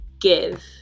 give